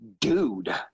dude